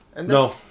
No